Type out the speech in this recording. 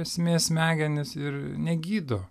esmės smegenis ir negydo